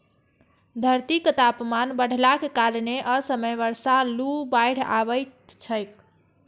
धरतीक तापमान बढ़लाक कारणें असमय बर्षा, लू, बाढ़ि अबैत छैक